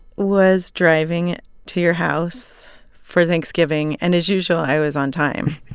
was driving to your house for thanksgiving, and, as usual, i was on time,